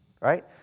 right